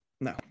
No